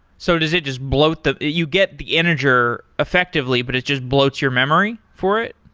so does it just bloat the you get the integer effectively, but it just bloat your memory for it?